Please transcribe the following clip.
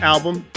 album